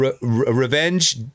revenge